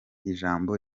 ijambo